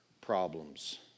problems